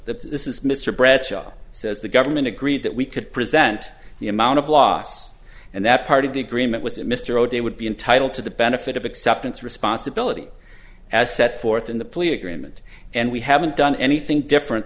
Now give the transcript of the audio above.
government this is mr bradshaw says the government agreed that we could present the amount of loss and that part of the agreement was that mr o'day would be entitled to the benefit of acceptance responsibility as set forth in the plea agreement and we haven't done anything different